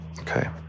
Okay